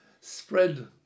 spread